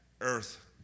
earth